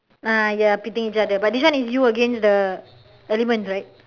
ah ya pitting each other but this one is you against the elements right